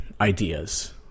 ideas